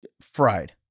Fried